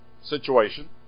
situation